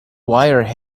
wire